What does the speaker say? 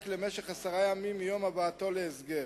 למשך עשרה ימים מיום הבאתו להסגר.